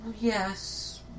Yes